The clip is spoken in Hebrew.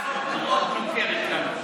זה מאוד מוכר לנו.